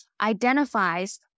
identifies